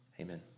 Amen